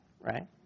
right